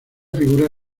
figura